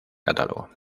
catálogo